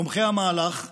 תומכי המהלך חשבו: